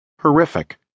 Horrific